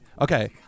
Okay